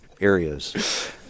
areas